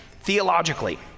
theologically